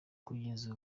kugeza